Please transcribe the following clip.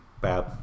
bad